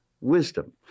wisdom